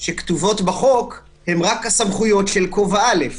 שכתובות בחוק הן רק הסמכויות של הכובע הראשון,